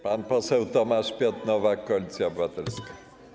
Pan poseł Tomasz Piotr Nowak, Koalicja Obywatelska.